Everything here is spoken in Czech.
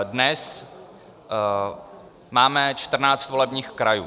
Dnes máme 14 volebních krajů.